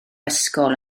ysgol